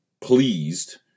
pleased